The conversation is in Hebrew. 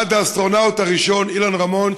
עד האסטרונאוט הראשון אילן רמון,